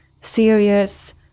serious